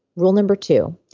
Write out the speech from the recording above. rule number two,